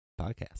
podcast